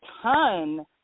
ton